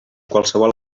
qualsevol